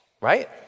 right